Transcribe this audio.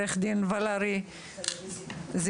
בבקשה.